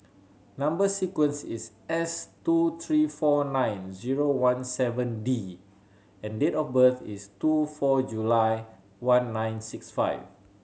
number sequence is S two three four nine zero one seven D and date of birth is two four July one nine six five